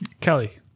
Kelly